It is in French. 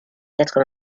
quatre